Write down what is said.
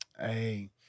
Hey